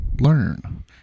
learn